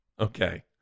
Okay